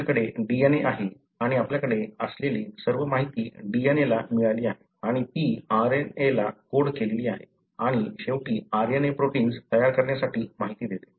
आपल्याकडे DNA आहे आणि आपल्याकडे असलेली सर्व माहिती DNA ला मिळाली आहे आणि ती RNA ला कोड केलेली आहे आणि शेवटी RNA प्रोटिन्स तयार करण्यासाठी माहिती देते